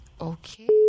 Okay